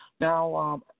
Now